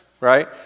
right